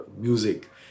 music